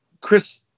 Chris